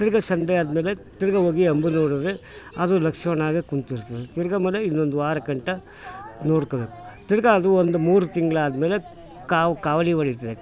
ತಿರ್ಗಿ ಸಂಜೆ ಆದಮೇಲೆ ತಿರ್ಗಿ ಹೋಗಿ ಅಂಬು ನೋಡೋದೆ ಅದು ಲಕ್ಷಣವಾಗೆ ಕುಂತಿರ್ತದೆ ತಿರ್ಗಿ ಆಮೇಲೆ ಇನ್ನೊಂದು ವಾರಗಂಟ ನೋಡ್ಕೋಬೇಕು ತಿರ್ಗಿ ಅದು ಒಂದು ಮೂರು ತಿಂಗ್ಳು ಆದಮೇಲೆ ಕಾವು ಕಾವಲಿ ಹೊಡಿತದೆ